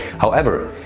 however,